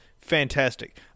Fantastic